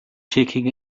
taking